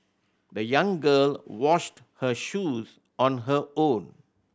the young girl washed her shoes on her own